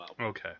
Okay